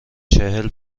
چهل